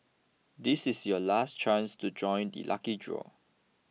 this is your last chance to join the lucky draw